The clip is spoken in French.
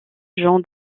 jean